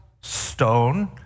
stone